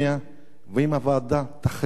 אם הוועדה תחליט שהיה